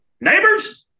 Neighbors